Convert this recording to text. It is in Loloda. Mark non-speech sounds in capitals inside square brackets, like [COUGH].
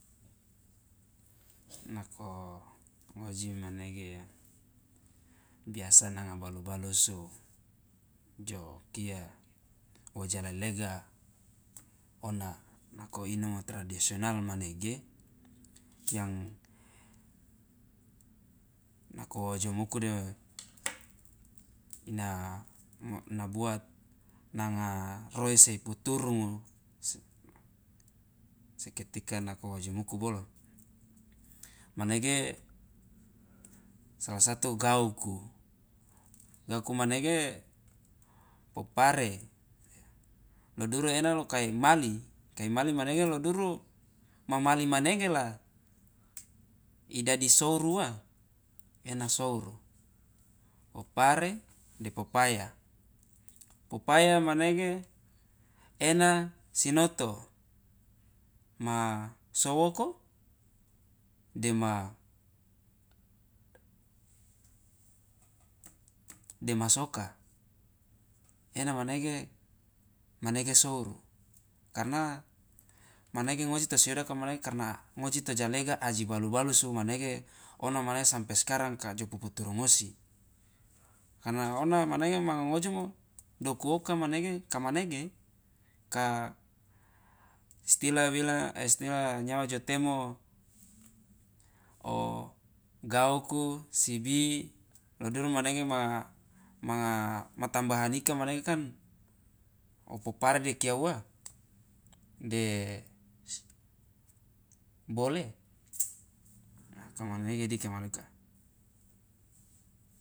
[NOISE] nako ngoji manege biasa nanga balu balusu jo kia woja lelega ona nako inomo tradisional manege [NOISE] yang nako oojomuku de [NOISE] ina ina buat nanga roese iputurungu seketika nako woojomuku bolo manege sala satu gauku gauku manege popare lo duru ena lo kai mali kai mali manege lo duru mamali manege la idadi souruwa ena souru popare de popaya popaya manege ena sinoto ma sowoko de ma [HESITATION] dema soka ena manege manege souru karna manege ngoji tosiodaka manege karna ngoji tojalega aji balu balusu manege ona manege sampe skarang kajo puputurungosi karna ona manege manga ngojomo doku oka manege kamanege ka istila bila [HESITATION] istila e nyawa jo temo o gauku sibi lo duru manege ma manga ma tambahan ika manege kan opopare de kia uwa de [HESITATION] bole koma nege dika manuka.